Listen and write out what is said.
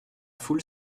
foule